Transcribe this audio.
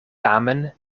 tamen